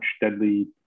deadly